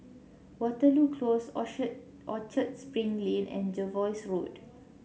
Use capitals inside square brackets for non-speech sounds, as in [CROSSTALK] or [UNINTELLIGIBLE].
Waterloo Close [UNINTELLIGIBLE] Orchard Spring Lane and Jervois Road